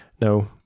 No